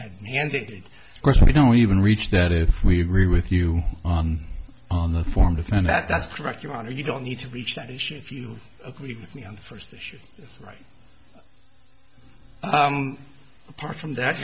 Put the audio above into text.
had mandated course we don't even reach that if we agree with you on the form to find that that's correct your honor you don't need to reach that issue if you agree with me on the first issue right apart from that